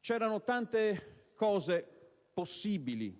C'era tanto